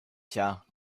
tja